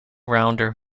rounder